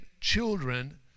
children